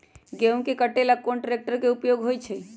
गेंहू के कटे ला कोंन ट्रेक्टर के उपयोग होइ छई?